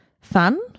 Fun